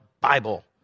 Bible